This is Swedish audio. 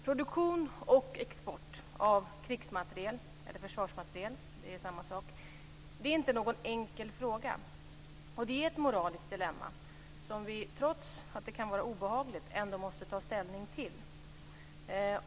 Produktion och export av krigsmateriel eller försvarsmateriel - det är samma sak - är inte någon enkel fråga. Det är ett moraliskt dilemma som vi, trots att det kan vara obehagligt, måste ta ställning till.